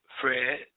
Fred